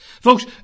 Folks